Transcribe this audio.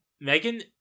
Megan